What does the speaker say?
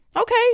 Okay